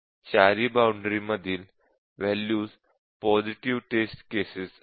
चारी बाउंडरी मधील values positive test cases आहेत